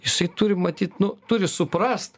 jisai turi matyt nu turi suprast